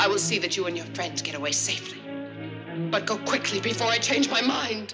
i will see that you and your friends get away safely but go quickly before i change my mind